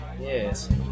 Yes